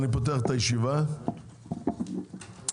אני פותח את ישיבת ועדת הכלכלה.